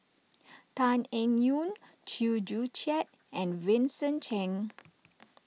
Tan Eng Yoon Chew Joo Chiat and Vincent Cheng